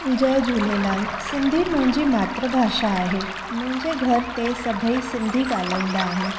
जय झूलेलाल सिंधी मुंहिंजी मातृभाषा आहे मुंहिंजे घर ते सभई सिंधी ॻाल्हाईंदा आहिनि